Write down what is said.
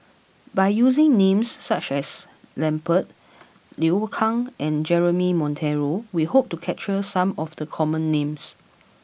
by using names such as Lambert Liu Kang and Jeremy Monteiro we hope to capture some of the common names